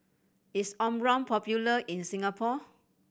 is Omron popular in Singapore